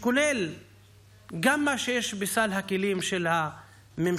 גם מה שיש בסל הכלים של הממשלה,